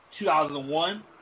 2001